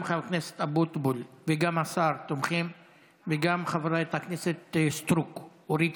גם חבר הכנסת אבוטבול וגם השר וגם חברת הכנסת אורית